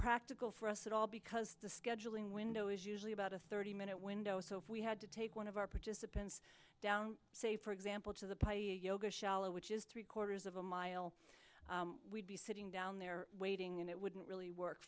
practical for us at all because the scheduling window is usually about a thirty minute window so if we had to take one of our participants down say for example to the pi which is three quarters of a mile we'd be sitting down there waiting and it wouldn't really work